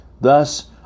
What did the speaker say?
Thus